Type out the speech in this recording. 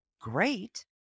great